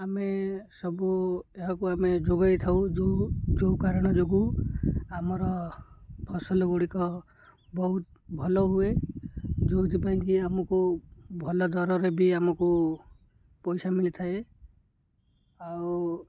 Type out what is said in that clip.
ଆମେ ସବୁ ଏହାକୁ ଆମେ ଯୋଗେଇଥାଉ ଯୋଉ ଯୋଉ କାରଣ ଯୋଗୁଁ ଆମର ଫସଲଗୁଡ଼ିକ ବହୁତ ଭଲ ହୁଏ ଯେଉଁଥିପାଇଁକି ଆମକୁ ଭଲ ଦରରେ ବି ଆମକୁ ପଇସା ମିଳିଥାଏ ଆଉ